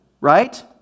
right